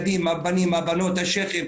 לבנות בהן כי אין תשתיות ואין פריסות דרכים